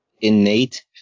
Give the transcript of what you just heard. innate